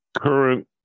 current